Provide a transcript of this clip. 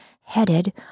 headed